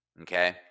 Okay